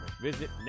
Visit